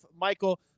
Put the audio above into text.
Michael